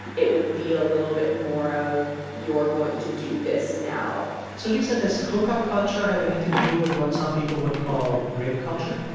it would be a little bit more of you're going to do this now so, lisa, does hookup culture have anything to do with what some people would call rape culture?